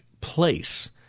place